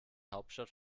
hauptstadt